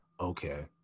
okay